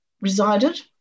resided